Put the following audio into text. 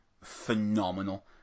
phenomenal